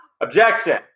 Objection